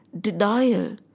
denial